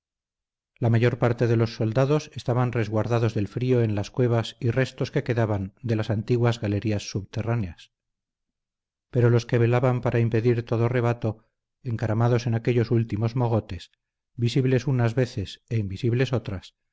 la mayor parte de los soldados estaban resguardados del frío en las cuevas y restos que quedaban de las antiguas galerías subterráneas pero los que velaban para impedir todo rebato encaramados en aquellos últimos mogotes visibles unas veces e invisibles otras